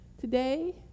Today